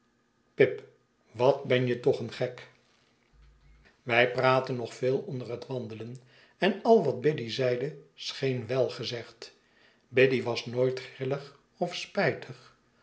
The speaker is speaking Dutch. pip wat ben je toch een gek wij praatten nog veel onder het wandelen en al wat biddy zeide scheen wel gezegd biddy was nooit grillig of spijtig